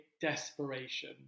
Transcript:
desperation